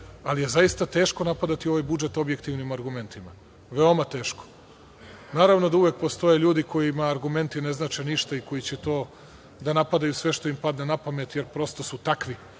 ali je zaista teško napadati ovaj budžet objektivnim argumentima, veoma teško. Naravno da uvek postoje ljudi kojima argumenti ne znače ništa i koji će da napadaju sve što im pada na pamet jer prosto su takvi.